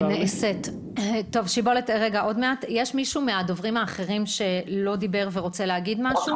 יש מישהו מהדוברים האחרים שלא דיבר ורוצה להגיד משהו?